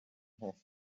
has